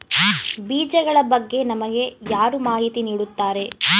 ಬೀಜಗಳ ಬಗ್ಗೆ ನಮಗೆ ಯಾರು ಮಾಹಿತಿ ನೀಡುತ್ತಾರೆ?